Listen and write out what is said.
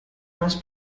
más